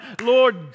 Lord